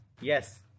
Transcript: Yes